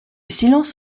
silence